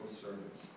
servants